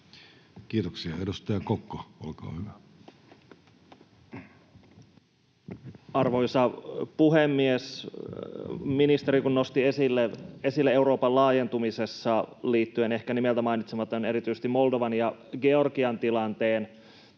Kiitoksia. — Edustaja Kokko, olkaa hyvä. Arvoisa puhemies! Ministeri nosti esille Euroopan laajentumisen, ehkä nimeltä mainiten erityisesti Moldovan ja Georgian tilanteen.